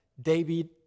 David